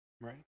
Right